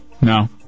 No